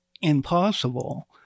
impossible